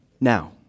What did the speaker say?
Now